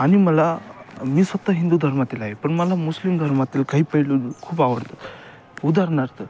आणि मला मी स्वतः हिंदू धर्मातील आहे पण मला मुस्लिम धर्मातील काही पैलू खूप आवडतात उदाहरणार्थ